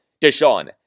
Deshaun